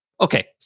okay